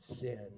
sin